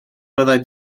byddai